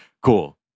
Cool